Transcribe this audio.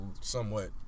somewhat